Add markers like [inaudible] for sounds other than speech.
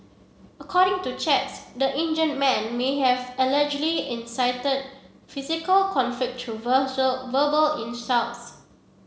according to chats the injure man may have allegedly incited physical conflict through [unintelligible] verbal insults